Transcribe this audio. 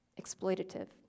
exploitative